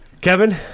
Kevin